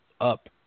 up